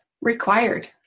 required